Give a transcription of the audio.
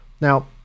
Now